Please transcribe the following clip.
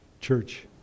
church